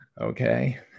Okay